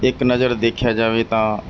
ਇੱਕ ਨਜ਼ਰ ਦੇਖਿਆ ਜਾਵੇ ਤਾਂ